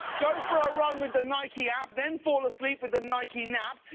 go for a run with the nike app. then fall asleep with a nike nap.